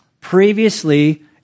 previously